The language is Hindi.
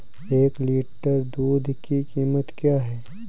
एक लीटर दूध की कीमत क्या है?